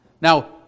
Now